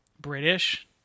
british